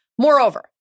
Moreover